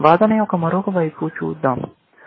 వాదన యొక్క మరొక వైపు చూద్దాం